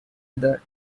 other